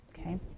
okay